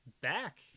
back